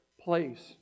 place